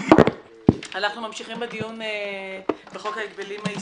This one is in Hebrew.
אנחנו ממשיכים בדיון בחוק ההגבלים העסקיים.